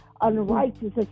unrighteousness